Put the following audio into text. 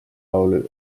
laul